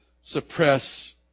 suppress